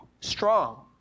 strong